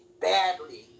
badly